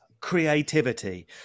creativity